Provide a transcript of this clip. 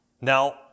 Now